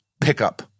pickup